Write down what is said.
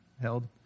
held